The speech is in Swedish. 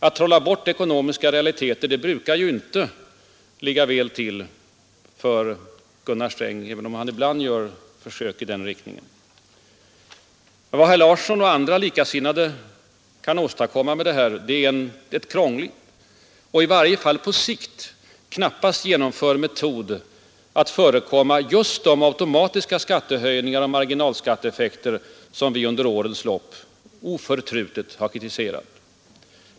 Att trolla bort ekonomiska realiteter brukar inte ligga väl till för Gunnar Sträng, även om han ibland gör försök i den riktningen. Vad herr Larsson och andra likasinnade kan åstadkomma med detta är en krånglig och i varje fall på sikt knappast genomförbar metod att förekomma just de automatiska skattehöjningar och marginalskatteeffekter som vi under årens lopp oförtrutet har kritiserat.